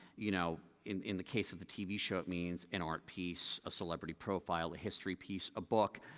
you know, in in the case of the tv show, it means an art piece, a celebrity profile, a history piece, a book.